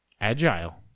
agile